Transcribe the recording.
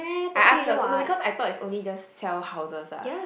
I ask her cause no because I thought it's only just sell houses what